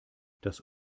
das